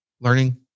learning